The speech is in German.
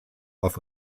auf